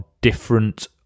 different